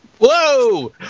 Whoa